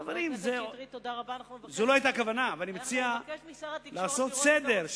חברים, זאת לא היתה הכוונה, ואני מציע לעשות סדר.